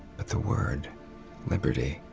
but the word liberty